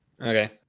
Okay